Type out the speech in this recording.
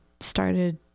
started